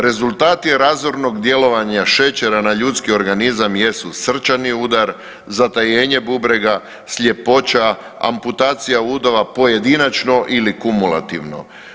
Rezultat je razornog djelovanja šećera na ljudski organizam jesu srčani udar, zatajenje bubrega, sljepoća, amputacija udova pojedinačno ili kumulativno.